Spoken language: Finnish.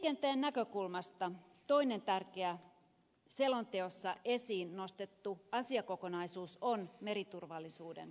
liikenteen näkökulmasta toinen tärkeä selonteossa esiin nostettu asiakokonaisuus on meriturvallisuuden parantaminen